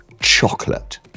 chocolate